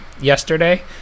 yesterday